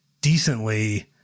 decently